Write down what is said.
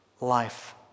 life